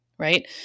Right